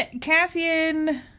Cassian